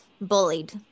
Bullied